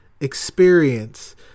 experience